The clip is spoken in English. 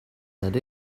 that